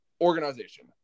organization